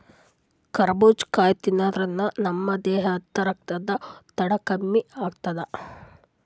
ಕರಬೂಜ್ ಕಾಯಿ ತಿನ್ನಾದ್ರಿನ್ದ ನಮ್ ದೇಹದ್ದ್ ರಕ್ತದ್ ಒತ್ತಡ ಕಮ್ಮಿ ಆತದ್